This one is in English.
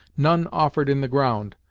none offered in the ground,